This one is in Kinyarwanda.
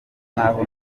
naho